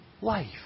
life